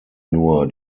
nur